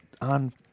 On